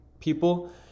people